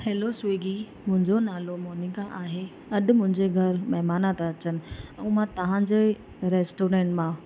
हलो Swiggy मुंहिंजो नालो Monica आहे अॼु मुंहिंजे घर महिमान था अचनि ऐं मां तव्हां जे रेस्टोरेंट मां